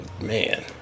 man